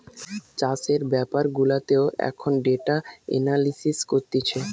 চাষের বেপার গুলাতেও এখন ডেটা এনালিসিস করতিছে